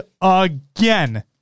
again